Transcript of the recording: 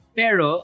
pero